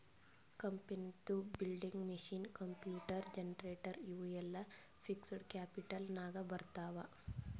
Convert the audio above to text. ಕಂಪನಿದು building, machine, computer, generator ಇವು ಎಲ್ಲಾ ಫಿಕ್ಸಡ್ ಕ್ಯಾಪಿಟಲ್ ನಾಗ್ ಬರ್ತಾವ್